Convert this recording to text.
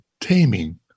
taming